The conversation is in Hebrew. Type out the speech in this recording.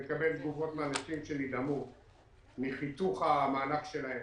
ואני מקבל תגובות מאנשים שנדהמו מחיתוך המענק שלהם,